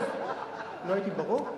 לא הייתי ברור?